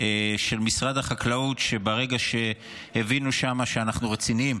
של משרד החקלאות, שברגע שהבינו שם שאנחנו רציניים